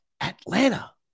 Atlanta